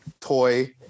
toy